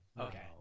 Okay